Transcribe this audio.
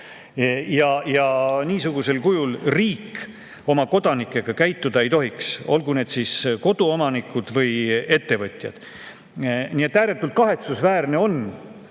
Niisugusel kujul riik oma kodanikega käituda ei tohiks, olgu need siis koduomanikud või ettevõtjad. Nii et on ääretult kahetsusväärne,